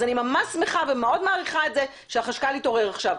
אז אני ממש שמחה ומעריכה את זה שהחשכ"ל התעורר עכשיו.